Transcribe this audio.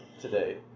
today